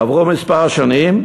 עברו כמה שנים,